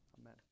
amen